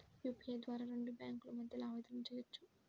UPI ద్వారా రెండు బ్యేంకుల మధ్య లావాదేవీలను చెయ్యొచ్చు